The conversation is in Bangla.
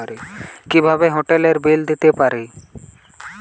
কিভাবে হোটেলের বিল দিতে পারি?